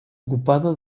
ocupada